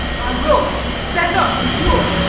i will stand up, endure!